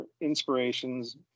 inspirations